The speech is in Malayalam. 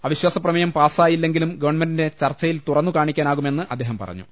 അവി ശ്വാസ പ്രമേയം പാസായില്ലെങ്കിലും ഗവൺമെന്റിനെ ചർച്ചയിൽ തുറന്നു കാണിക്കാനാകുമെന്ന് അദ്ദേഹം പറഞ്ഞു